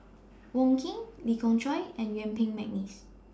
Wong Keen Lee Khoon Choy and Yuen Peng Mcneice